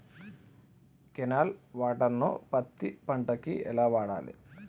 Canal water ను పత్తి పంట కి ఎలా వాడాలి?